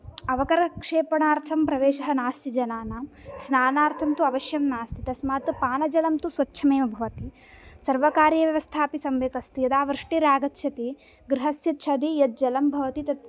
अवकरक्षेपणार्थं प्रवेशः नास्ति जनानां स्नानार्थं तु अवश्यं नास्ति तस्मात् पानजलं तु स्वच्छमेव भवति सर्वकारीयव्यवस्थापि सम्यक् अस्ति यदा वृष्टिरागच्छति गृहस्य छदि यज्जलं भवति तत्